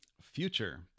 Future